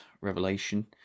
revelation